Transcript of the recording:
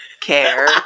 care